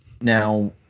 now